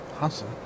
Awesome